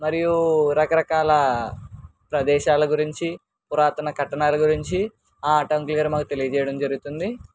మరియు రకరకాల ప్రదేశాల గురించి పురాతన కట్టడాల గురించి ఆ ఆటో అంకుల్గారు మాకు తెలియచేయడం జరుగుతుంది